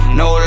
no